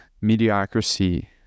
mediocrity